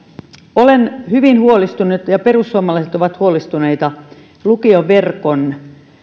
olen hyvin huolestunut ja perussuomalaiset ovat huolestuneita lukioverkon